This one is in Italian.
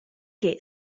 che